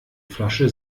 flasche